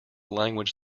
language